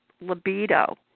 libido